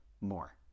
more